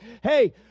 hey